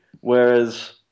Whereas